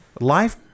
life